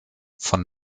von